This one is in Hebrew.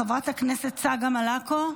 חברת הכנסת צגה מלקו,